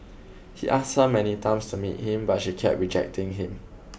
he asked her many times to meet him but she kept rejecting him